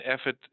effort